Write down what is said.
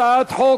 הצעת חוק